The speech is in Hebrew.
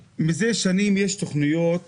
אבל לפני שנעבור לדיון על מס גודש,